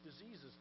diseases